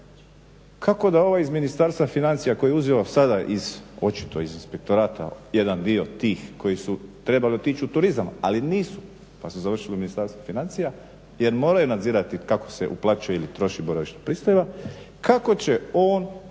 Kako da ovaj iz Ministarstva financija koji je uzeo sada iz očito iz inspektorata jedan dio tih koji su trebali otići u turizam ali nisu pa su završili u Ministarstvu financija jer moraju nadzirati kako se uplaćuje ili troši boravišna pristojba, kako će on